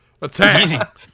Attack